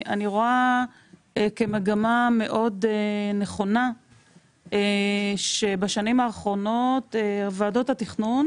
אני רואה כמגמה מאוד נכונה שבשנים האחרונות ועדות התכנון